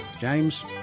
James